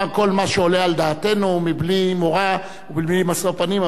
כל מה שעולה על דעתנו בלי מורא ובלי משוא-פנים.